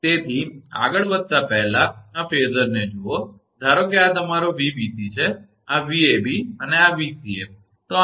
તેથી આગળ વધતા પહેલાં આ ફેઝરને જુઓ ધારો કે આ તમારો 𝑉𝑏𝑐 છે આ 𝑉𝑎𝑏 અને આ 𝑉𝑐𝑎છે